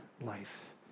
life